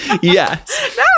Yes